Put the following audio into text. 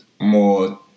more